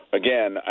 again